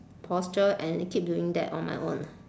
posture and keep doing that on my own